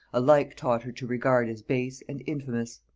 alike taught her to regard as base and infamous.